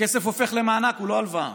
הכסף הופך למענק, הוא לא הלוואה.